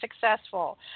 successful